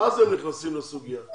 אז האוניברסיטה נכנסת לסוגיה.